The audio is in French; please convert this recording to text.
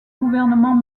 gouvernement